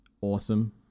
awesome